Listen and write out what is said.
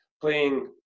playing